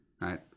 right